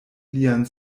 lian